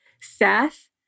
Seth